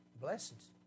blessings